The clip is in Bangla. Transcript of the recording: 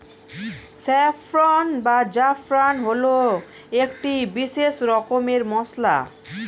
স্যাফ্রন বা জাফরান হল একটি বিশেষ রকমের মশলা